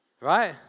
Right